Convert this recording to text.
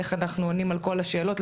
איך אנחנו עונים על כל השאלות,